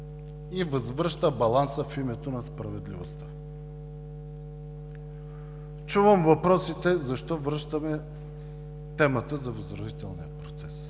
и възвръща баланса в името на справедливостта. Чувам въпросите: защо връщаме темата за възродителния процес?